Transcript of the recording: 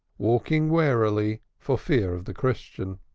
walking warily for fear of the christian.